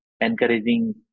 encouraging